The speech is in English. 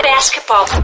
Basketball